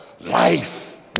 life